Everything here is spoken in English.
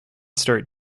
start